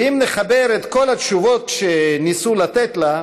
ואם נחבר את כל התשובות שניסו לתת לה,